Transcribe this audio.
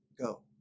go